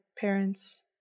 parents